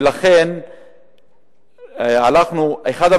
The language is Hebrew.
ולכן אחד,